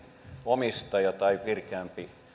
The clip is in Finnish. omistaja tai virkeämpi